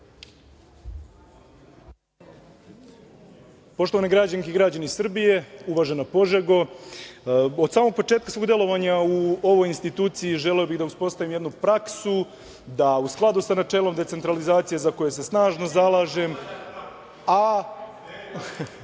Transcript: Poštovane građanke i građani Srbije, uvažena Požego, od samog početka svog delovanja u ovoj instituciji želeo bih da uspostavim jednu praksu da u skladu sa načelom decentralizacije za koje se snažno zalažem, a